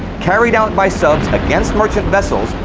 carried out by subs against merchant vessels,